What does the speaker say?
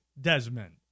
Desmond